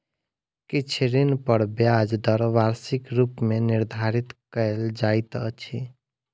किछ ऋण पर ब्याज दर वार्षिक रूप मे निर्धारित कयल जाइत अछि